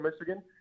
Michigan